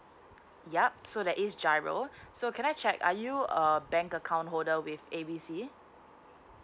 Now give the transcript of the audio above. yup so there is G I R O so can I check are you a bank account holder with A B C